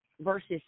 versus